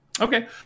Okay